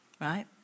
right